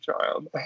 child